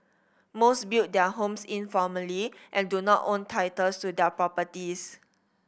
most built their homes informally and do not own titles to their properties